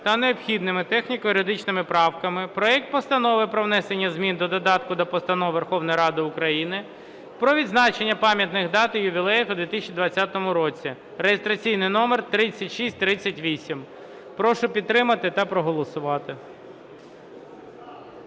та необхідними техніко-юридичними правками проект Постанови про внесення змін до додатка до Постанови Верховної Ради України "Про відзначення пам’ятних дат і ювілеїв у 2020 році" (реєстраційний номер 3638). Прошу підтримати та проголосувати.